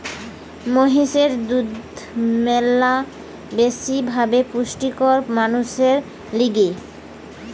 মহিষের দুধ ম্যালা বেশি ভাবে পুষ্টিকর মানুষের লিগে